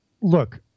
look